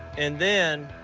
and then,